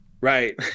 Right